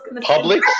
public